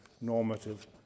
normative